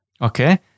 Okay